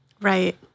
Right